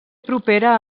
propera